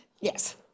Yes